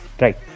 right